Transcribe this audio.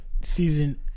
season